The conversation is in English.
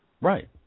Right